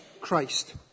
Christ